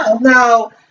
No